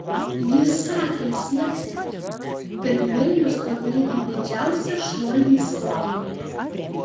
jis sakė sieksiantis kad vilnius padarytų didžiausią šuolį istorijoje